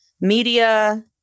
media